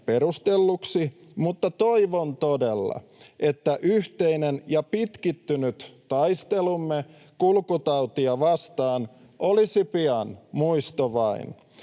perustelluksi, mutta toivon todella, että yhteinen ja pitkittynyt taistelumme kulkutautia vastaan olisi pian muisto vain,